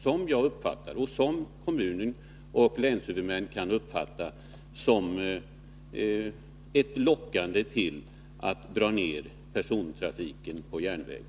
Som jag har uppfattat det, och som också länshuvudmännen uppfattar det, tror jag, innebär beskedet att man vill locka huvudmännen att dra ner persontrafiken på järnvägen.